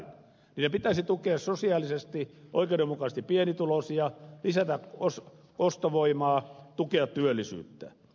niiden pitäisi tukea sosiaalisesti oikeudenmukaisesti pienituloisia lisätä ostovoimaa tukea työllisyyttä